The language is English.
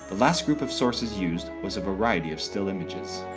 last group of sources used was a variety of still images.